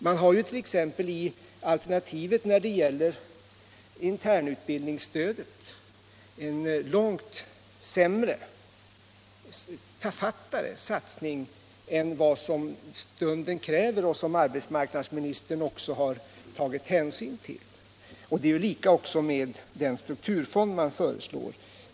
Man har t.ex. i alternativet när det gäller internutbildningsstödet en långt sämre och tafattare satsning än vad som stunden kräver och som arbetsmarknadsministern också har tagit hänsyn till. Det är samma sak med den strukturfond man föreslår.